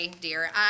dear